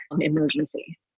emergency